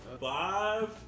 Five